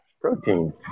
protein